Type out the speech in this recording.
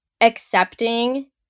accepting